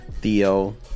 Theo